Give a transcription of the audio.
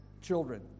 children